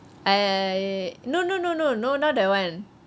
I no no no no no not that one